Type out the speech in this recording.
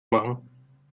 machen